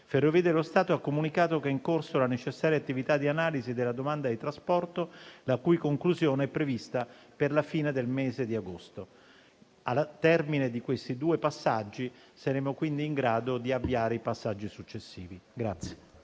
Ferrovie dello Stato ha comunicato che è in corso la necessaria attività di analisi della domanda di trasporto, la cui conclusione è prevista per la fine del mese di agosto. Al termine di questi due passaggi saremo quindi in grado di avviare i passaggi successivi.